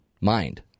mind